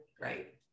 right